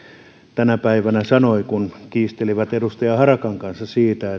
tänä päivänä sanoi kun kiisteli edustaja harakan kanssa siitä